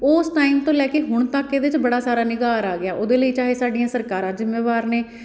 ਉਸ ਟਾਈਮ ਤੋਂ ਲੈ ਕੇ ਹੁਣ ਤੱਕ ਇਹਦੇ 'ਚ ਬੜਾ ਸਾਰਾ ਨਿਘਾਰ ਆ ਗਿਆ ਉਹਦੇ ਲਈ ਚਾਹੇ ਸਾਡੀਆਂ ਸਰਕਾਰਾਂ ਜ਼ਿੰਮੇਵਾਰ ਨੇ